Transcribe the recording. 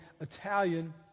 Italian